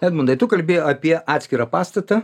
edmundai tu kalbi apie atskirą pastatą